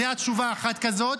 יודע תשובה אחת כזאת,